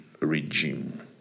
regime